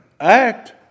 act